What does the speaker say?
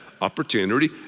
opportunity